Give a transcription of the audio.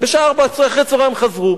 בשעה 16:00 חזרו.